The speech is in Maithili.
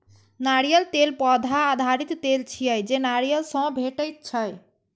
नारियल तेल पौधा आधारित तेल छियै, जे नारियल सं भेटै छै